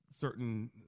Certain